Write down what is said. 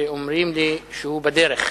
שאומרים לי שהוא בדרך.